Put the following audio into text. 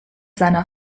seiner